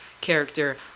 character